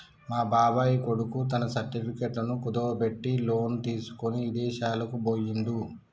మా బాబాయ్ కొడుకు తన సర్టిఫికెట్లను కుదువబెట్టి లోను తీసుకొని ఇదేశాలకు బొయ్యిండు